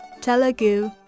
Telugu